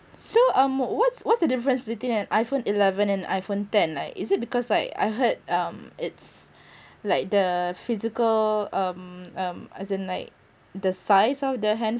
so um what's what's the difference between an iphone eleven and iphone ten like is it because like I heard um it's like the physical um um as in like the size of the hand